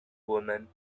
woman